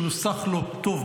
שמנוסח לא טוב,